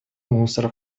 мусора